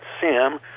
Sam